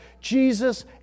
Jesus